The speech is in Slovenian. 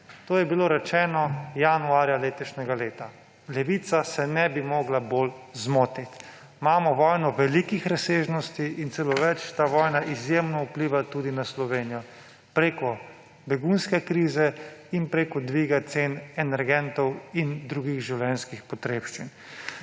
To je bilo rečeno januarja letošnjega leta. Levica se ne bi mogla bolj zmotiti. Imamo vojno velikih razsežnosti in celo več, ta vojna izjemno vpliva tudi na Slovenijo, preko begunske krize ter preko dviga cen energentov in drugih življenjskih potrebščin.